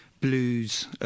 blues